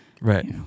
right